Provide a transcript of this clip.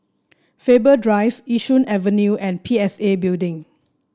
Faber Drive Yishun Avenue and P S A Building